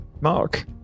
Mark